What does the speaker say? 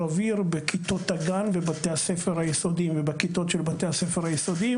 אוויר בכיתות הגן ובכיתות של בתי הספר היסודיים.